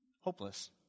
hopeless